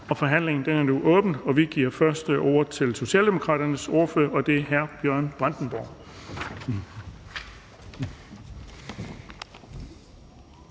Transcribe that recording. Forhandlingen er åbnet, og vi giver først ordet til Socialdemokraternes ordfører, og det er hr. Bjørn Brandenborg.